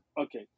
Okay